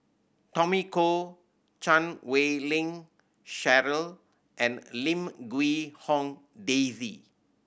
Tommy Koh Chan Wei Ling Cheryl and Lim Quee Hong Daisy